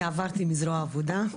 אני עברתי מזרוע העבודה,